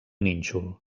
nínxol